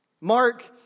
Mark